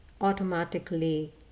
automatically